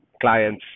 clients